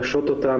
לשות אותה,